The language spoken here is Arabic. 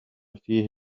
فيه